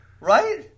Right